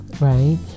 right